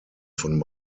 von